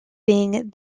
being